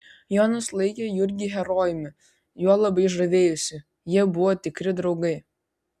jonas laikė jurgį herojumi juo labai žavėjosi jie buvo tikri draugai